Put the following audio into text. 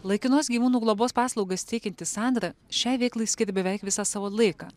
laikinos gyvūnų globos paslaugas teikianti sandra šiai veiklai skiria beveik visą savo laiką